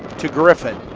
to griffin.